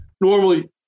Normally